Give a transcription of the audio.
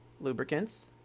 lubricants